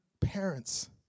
parents